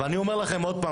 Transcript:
אבל אני אומר לכם שוב,